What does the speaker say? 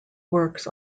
works